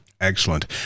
Excellent